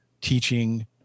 teaching